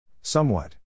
Somewhat